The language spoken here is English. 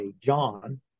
John